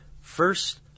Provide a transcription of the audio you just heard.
First